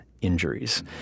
injuries